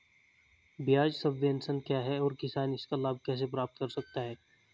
ब्याज सबवेंशन क्या है और किसान इसका लाभ कैसे प्राप्त कर सकता है?